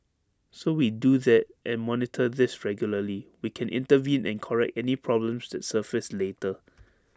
so we do that and monitor this regularly we can intervene and correct any problems that surface later